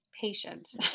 Patience